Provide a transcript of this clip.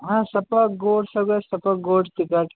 हा सपा गोड सगळे सतत गोड तिखट